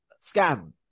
Scam